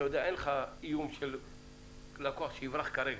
אתה יודע שאין לך לקוח שיברח לך כרגע,